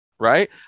right